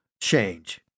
change